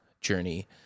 journey